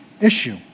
issue